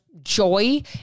joy